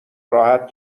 راحت